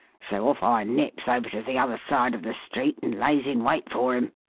so off i nips over to the other side of the street and lays in wait for him.